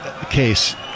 case